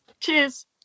cheers